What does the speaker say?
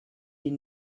die